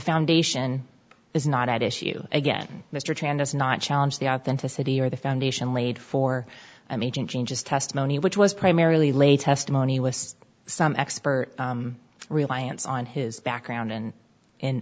foundation is not at issue again mr tran does not challenge the authenticity or the foundation laid for a major changes testimony which was primarily lay testimony with some expert reliance on his background and